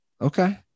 Okay